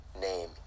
name